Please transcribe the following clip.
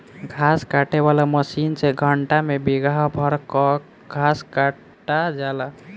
घास काटे वाला मशीन से घंटा में बिगहा भर कअ घास कटा जाला